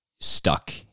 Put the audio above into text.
stuck